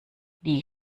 die